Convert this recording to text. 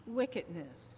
wickedness